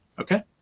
Okay